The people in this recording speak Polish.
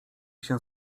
się